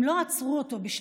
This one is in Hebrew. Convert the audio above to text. הם לא עצרו אותו בשליחותו.